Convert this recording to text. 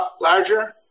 larger